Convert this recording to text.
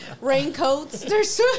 raincoats